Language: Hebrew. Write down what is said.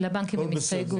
לבנקים עם הסתייגות.